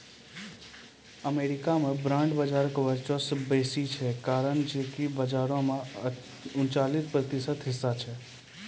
America मे bond बजारो के वर्चस्व बेसी छै, कारण जे कि बजारो मे उनचालिस प्रतिशत हिस्सा छै